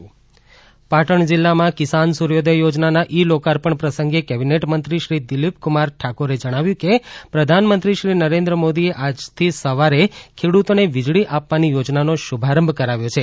પાટણ કિસાન સૂર્યોદય યોજના પાટણ જિલ્લામાં કિસાન સૂર્યોદય યોજનાના ઇ લોકાર્પણ પ્રસંગે કેબીનેટમંત્રી શ્રી દિલીપ કુમાર ઠાકોરે જણાવ્યું છે કે પ્રધાનમંત્રી શ્રી નરેન઼ મોદીએ આજથી સવારે ખેડૂતોને વીજળી આપવાની યોજનાનો શુભારંભ કરાવ્યો છે